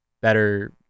better